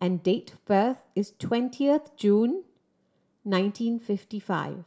and date of birth is twenty of June nineteen fifty five